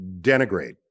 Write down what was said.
denigrate